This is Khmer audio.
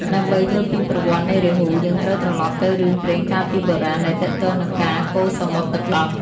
ដើម្បីយល់ពីប្រវត្តិនៃរាហូ យើងត្រូវត្រឡប់ទៅរឿងព្រេងកាលពីបុរាណដែលទាក់ទងនឹងការកូរសមុទ្រទឹកដោះ។